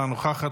אינה נוכחת,